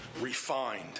refined